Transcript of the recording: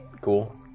Cool